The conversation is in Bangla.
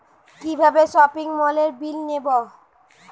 কিভাবে সপিং মলের বিল দেবো?